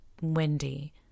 windy